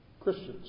Christians